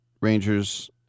Rangers